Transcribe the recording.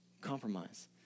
compromise